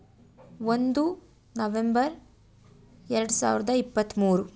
ಒಂದು ನವೆಂಬರ್ ಎರಡು ಸಾವಿರದ ಇಪ್ಪತ್ಮೂರು